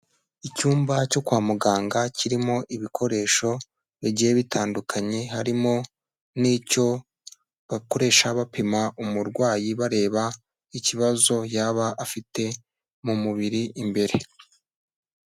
Icyumba cyo kwa muganga kirimo ibikoresho bigiye bitandukanye, harimo n'icyo bakoresha bapima umurwayi bareba nk'ikibazo yaba afite mu mubiri imbere.